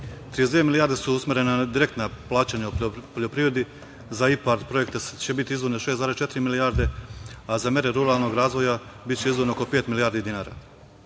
dve milijarde su usmerene na direktna plaćanja u poljoprivredi, za IPARD projekte će biti izdvojene 6,4 milijarde, a za mere ruralnog razvoja biće izdvojeno oko pet milijardi dinara.